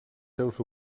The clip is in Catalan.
seus